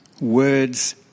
words